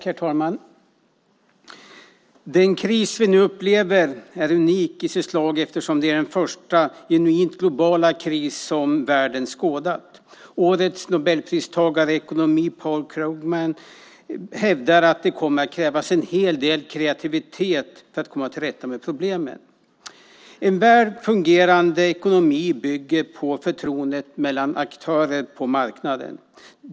Herr talman! Den kris vi nu upplever är unik i sitt slag eftersom det är den första genuint globala kris som världen skådat. Årets Nobelpristagare i ekonomi, Paul Krugman, hävdar att det kommer att krävas en hel del kreativitet för att komma till rätta med problemet. En väl fungerande ekonomi bygger på förtroendet mellan aktörer på marknaden.